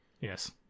Yes